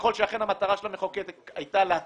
וככל שאכן המטרה של המחוקק הייתה להטיל